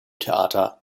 theater